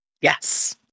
Yes